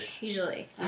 usually